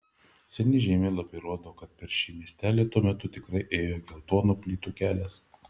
seni žemėlapiai rodo kad per šį miestelį tuo metu tikrai ėjo geltonų plytų kelias